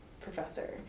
professor